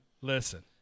Listen